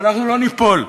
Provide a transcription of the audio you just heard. אבל אנחנו לא ניפול.